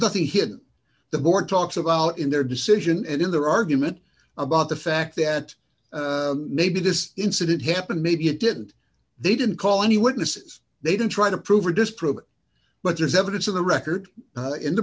nothing hidden the board talks about in their decision and in their argument about the fact that maybe this incident happened maybe it didn't they didn't call any witnesses they didn't try to prove or disprove it but there's evidence of the record in the